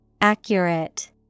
Accurate